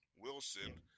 Wilson